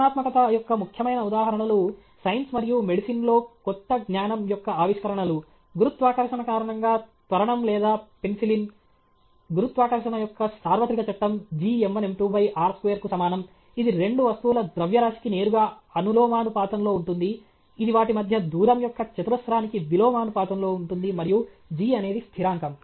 సృజనాత్మకత యొక్క ముఖ్యమైన ఉదాహరణలు సైన్స్ మరియు మెడిసిన్లో కొత్త జ్ఞానం యొక్క ఆవిష్కరణలు గురుత్వాకర్షణ కారణంగా త్వరణం లేదా పెన్సిలిన్ గురుత్వాకర్షణ యొక్క సార్వత్రిక చట్టం G m1 m2 r2 కు సమానం ఇది రెండు వస్తువుల ద్రవ్యరాశికి నేరుగా అనులోమానుపాతంలో ఉంటుంది ఇది వాటి మధ్య దూరం యొక్క చతురస్రానికి విలోమానుపాతంలో ఉంటుంది మరియు G అనేది స్థిరాంకం